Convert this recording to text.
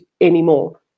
anymore